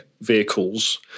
vehicles